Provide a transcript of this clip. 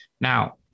Now